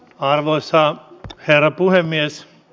arvoisa herra puhemies